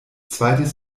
zweites